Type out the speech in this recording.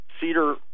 Cedar